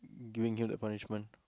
giving him the punishment